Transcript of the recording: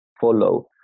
follow